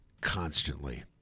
Constantly